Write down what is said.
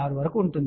6 వరకు ఉంటుంది